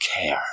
care